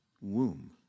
womb